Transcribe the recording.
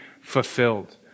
fulfilled